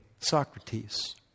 Socrates